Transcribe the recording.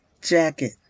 jacket